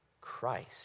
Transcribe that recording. Christ